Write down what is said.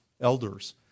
elders